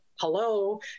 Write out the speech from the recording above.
hello